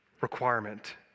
requirement